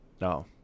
No